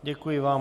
Děkuji vám.